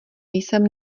jsem